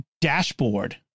dashboard